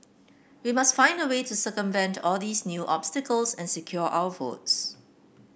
we must find a way to circumvent all these new obstacles and secure our votes